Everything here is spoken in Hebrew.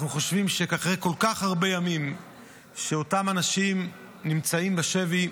אנחנו חושבים שאחרי כל כך הרבה ימים שאותם אנשים נמצאים בשבי,